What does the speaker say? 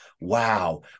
wow